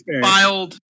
filed